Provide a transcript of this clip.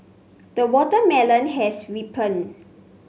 the watermelon has ripened